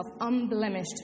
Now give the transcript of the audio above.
unblemished